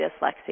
dyslexia